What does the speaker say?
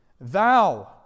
Thou